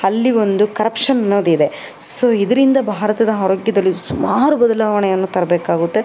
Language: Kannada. ಅಲ್ಲಿ ಒಂದು ಕರಪ್ಷನ್ ಅನ್ನೋದಿದೆ ಸೊ ಇದರಿಂದ ಭಾರತದ ಆರೋಗ್ಯದಲ್ಲಿ ಸುಮಾರು ಬದಲಾವಣೆಯನ್ನು ತರಬೇಕಾಗುತ್ತೆ